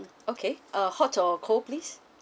okay uh hot or cold please